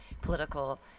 political